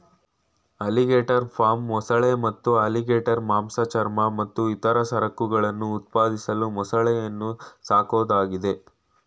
alligator farm ಮೊಸಳೆ ಮತ್ತು alligator ಮಾಂಸ ಚರ್ಮ ಮತ್ತು ಇತರ ಸರಕುಗಳನ್ನು ಉತ್ಪಾದಿಸಲು ಮೊಸಳೆಯನ್ನು ಸಾಕೋದಾಗಿದೆ